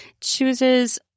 chooses